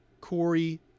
Corey